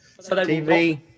TV